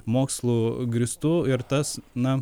mokslu grįstų ir tas na